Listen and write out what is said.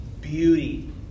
beauty